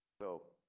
so.